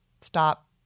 stop